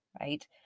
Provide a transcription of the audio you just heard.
right